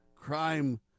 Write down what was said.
crime